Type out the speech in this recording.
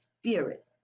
Spirit